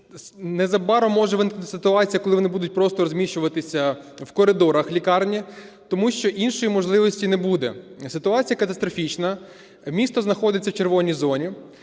Незабаром може виникнути ситуація, коли вони будуть просто розміщуватися в коридорах лікарні, тому що іншої можливості не буде. Ситуація катастрофічна, місто знаходиться в "червоній" зоні.